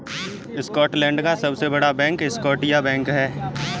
Scotland का सबसे बड़ा बैंक स्कॉटिया बैंक है